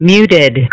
Muted